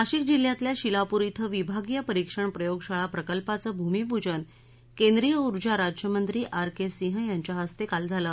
नाशिक जिल्ह्यातल्या शिलापूर इथं विभागीय परीक्षण प्रयोगशाळा प्रकल्पाचं भूमिपूजन केंद्रीय काल ऊर्जा राज्यमंत्री आर के सिंह यांच्या हस्ते काल झालं